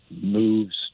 moves